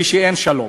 כשאין שלום.